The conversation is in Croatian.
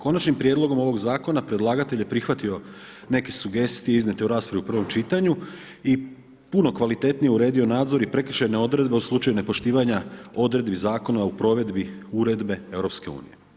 Konačnim prijedlogom ovog zakona predlagatelj je prihvatio neke sugestije iznijete u raspravi u prvom čitanju i puno kvalitetnije uredio nadzor i prekršajne odredbe u slučaju nepoštivanja odredbi zakona u provedbi uredbe EU.